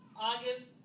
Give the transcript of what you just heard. August